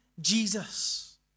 Jesus